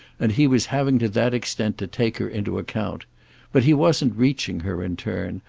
and he was having to that extent to take her into account but he wasn't reaching her in turn,